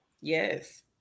yes